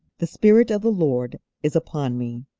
the spirit of the lord is upon me,